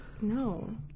No